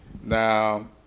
Now